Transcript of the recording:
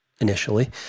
initially